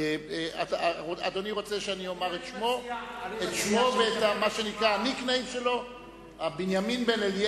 2. מה הוא ההסבר לפער בין שיעורי